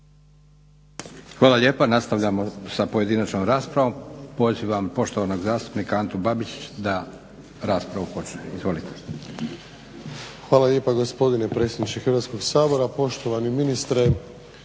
Hvala lijepa. Nastavljamo sa pojedinačnom raspravom. Pozivam poštovanog zastupnika Antu Babića da raspravu počne. Izvolite. **Babić, Ante (HDZ)** Hvala lijepo gospodine predsjedniče Hrvatskog sabora. Poštovani ministre,